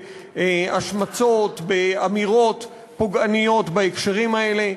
בהשמצות ובאמירות פוגעניות בהקשרים האלה.